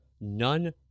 none